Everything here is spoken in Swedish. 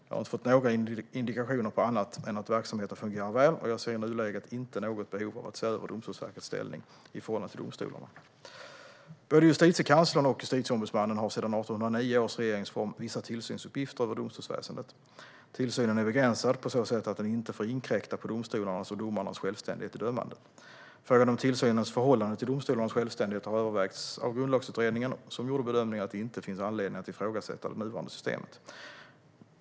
Jag har inte fått några indikationer på annat än att verksamheten fungerar väl, och jag ser i nuläget inte något behov av att se över Domstolsverkets ställning i förhållande till domstolarna. Både Justitiekanslern och Justitieombudsmannen har sedan 1809 års regeringsform vissa tillsynsuppgifter över domstolsväsendet. Tillsynen är begränsad på så sätt att den inte får inkräkta på domstolarnas och domarnas självständighet i dömandet. Frågan om tillsynens förhållande till domstolarnas självständighet har övervägts av Grundlagsutredningen som gjorde bedömningen att det inte finns anledning att ifrågasätta det nuvarande systemet.